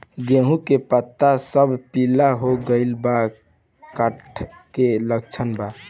गेहूं के पता सब पीला हो गइल बा कट्ठा के लक्षण बा?